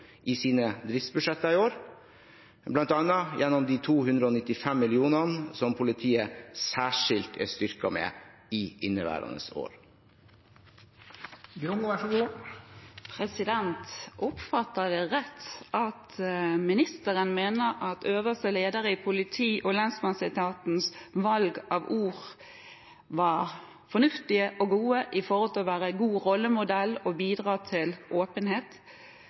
i sine driftsbudsjetter i år, bl.a. gjennom de 295 mill. kronene som politiet er særskilt styrket med i inneværende år. Oppfatter jeg det rett at ministeren mener at valg av ord fra øverste leder i politi- og lensmannsetaten var fornuftig og godt når det gjelder å være god rollemodell og bidra til åpenhet?